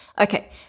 Okay